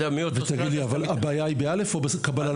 אבל הבעיה היא ב- א', או בקבלה לסמינרים ב- ט'?